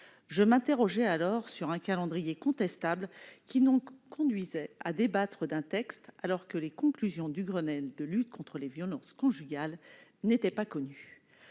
Je m'interrogeais alors sur un calendrier contestable, qui nous conduisait à débattre d'un texte alors que les conclusions du Grenelle de lutte contre les violences conjugales n'étaient pas connues.